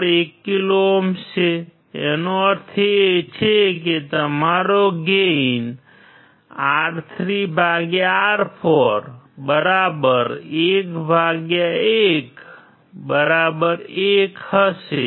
R4 1 kilo ohm છે તેનો અર્થ એ કે તમારો ગેઇન R3R4 111 હશે